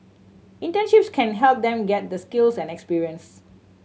internships can help them get the skills and experience